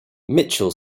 mitchell